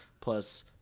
plus